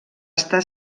estar